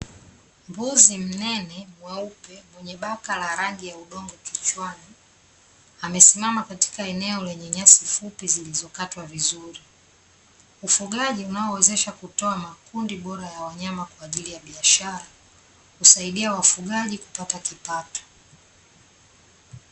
Mbuzi mnene mweupe mwenye baka la rangi ya udongo kichwani, amesimama katika eneo lenye nyasi fupi zilizokatwa vizuri. Ufugaji unaowezesha kutoa makundi bora ya wanyama kwa ajili ya biashara, husaidia wafugaji kupata kipato.